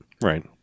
Right